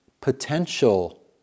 potential